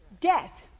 Death